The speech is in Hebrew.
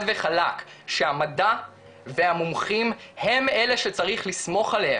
וחלק שהמדע והמומחים הם אלה שצריך לסמוך עליהם,